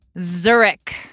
Zurich